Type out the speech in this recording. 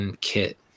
kit